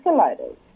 escalators